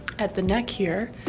at the neck here.